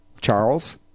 Charles